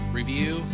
review